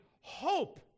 hope